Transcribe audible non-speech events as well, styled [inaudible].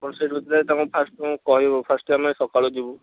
ଆପଣ [unintelligible] ଫାଷ୍ଟ ତମକୁ କହିବ ଫାଷ୍ଟ ଆମେ ସକାଳୁ ଯିବୁ